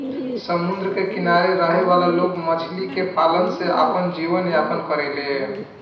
समुंद्र के किनारे रहे वाला लोग मछली के पालन से आपन जीवन यापन करेले